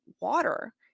water